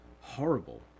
horrible